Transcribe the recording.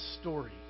story